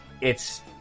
it's-